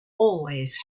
always